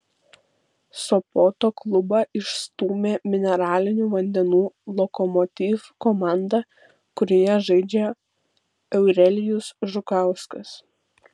sopoto klubą išstūmė mineralinių vandenų lokomotiv komanda kurioje žaidžia eurelijus žukauskas